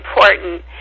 important